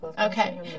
Okay